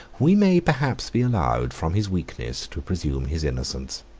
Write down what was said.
we may perhaps be allowed from his weakness, to presume his innocence.